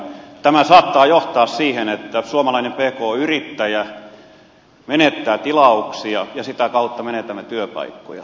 tämä saattaa johtaa siihen että suomalainen pk yrittäjä menettää tilauksia ja sitä kautta menetämme työpaikkoja